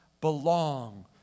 belong